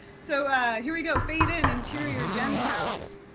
so here we go fade in, interior jen's house.